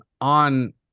on